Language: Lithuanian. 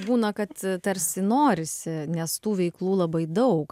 būna kad tarsi norisi nes tų veiklų labai daug